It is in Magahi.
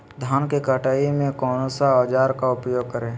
धान की कटाई में कौन सा औजार का उपयोग करे?